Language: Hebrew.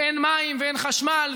ואין מים ואין חשמל,